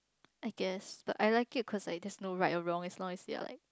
I guess but I like it cause there is no right or wrong as long as they're like